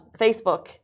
Facebook